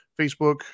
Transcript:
facebook